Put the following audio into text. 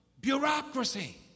bureaucracy